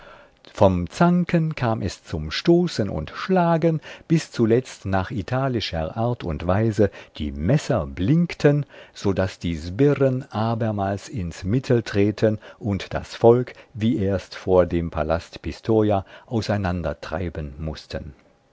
vom zanken kam es zum stoßen und schlagen bis zuletzt nach italischer art und weise die messer blinkten so daß die sbirren abermals ins mittel treten und das volk wie erst vor dem palast pistoja auseinandertreiben mußten